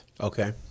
Okay